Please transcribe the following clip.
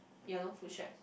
ya loh Foodshed